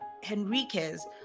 Henriquez